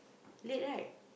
late right